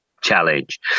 challenge